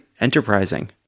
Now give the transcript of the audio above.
Enterprising